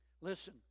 Listen